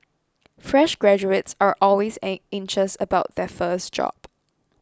fresh graduates are always anxious about their first job